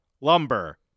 Lumber